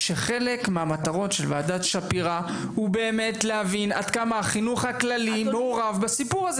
שחלק ממטרות ועדת שפירא הם להבין עד כמה החינוך הכללי מעורב בסיפור הזה.